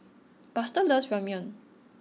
Buster loves Ramyeon